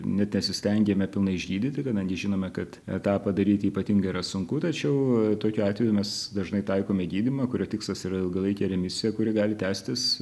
net nesistengiame pilnai išgydyti kadangi žinome kad etapą daryti ypatingai yra sunku tačiau tokiu atveju mes dažnai taikome gydymą kurio tikslas yra ilgalaikė remisija kuri gali tęstis